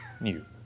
new